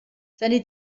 seine